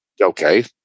okay